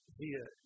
via